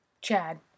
Chad